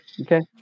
Okay